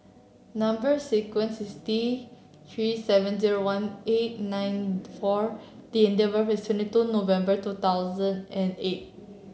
number sequence is T Three seven zero one eight nine four D and date of birth is twenty two November two thousand and eight